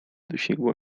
dosięgła